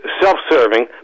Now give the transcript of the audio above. self-serving